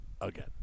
again